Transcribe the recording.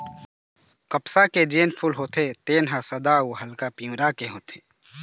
कपसा के जेन फूल होथे तेन ह सादा अउ हल्का पीवरा रंग के होथे